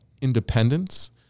independence